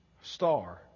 star